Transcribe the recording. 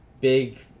big